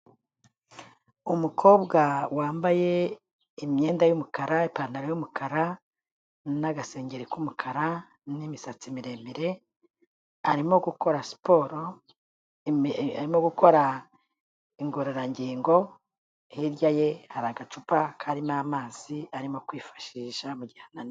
Umukobwa wambaye imyenda y'umukara, ipantaro y'umukara n'agasengeri k'umukara n'imisatsi miremire, arimo gukora siporo, arimo gukora ingororangingo, hirya ye hari agacupa karimo amazi arimo kwifashisha mu gihe ananiwe.